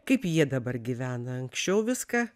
kaip jie dabar gyvena anksčiau viską